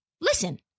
Listen